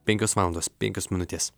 penkios valandos penkios minutės